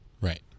Right